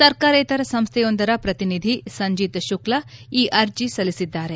ಸರ್ಕಾರೇತರ ಸಂಸ್ನೆಯೊಂದರ ಪ್ರತಿನಿಧಿ ಸಂಜೀತ್ ಶುಕ್ಲಾ ಈ ಅರ್ಜಿ ಸಲ್ಲಿಸಿದ್ದಾರೆ